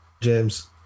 James